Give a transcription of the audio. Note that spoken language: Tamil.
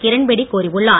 கிரண்பேடி கூறியுள்ளார்